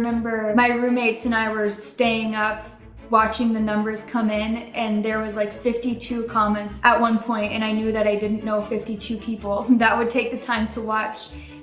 remember my roommates and i were staying up watching the numbers come in and there was like fifty two comments at one point. and i knew that i didn't know fifty two people that would take the time to watch